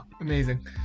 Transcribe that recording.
amazing